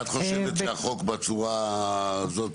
ואת חושבת שהחוק בצורה הזאת,